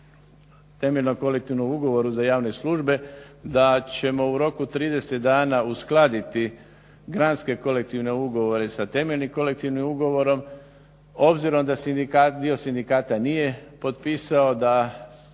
temeljnom kolektivnom ugovoru za javne službe da ćemo u roku od 30 dana uskladiti granske kolektivne ugovore sa temeljnim kolektivnim ugovorom, obzirom da dio sindikata nije potpisao da